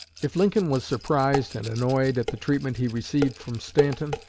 if lincoln was surprised and annoyed at the treatment he received from stanton,